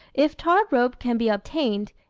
if tarred rope can be obtained,